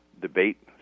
debate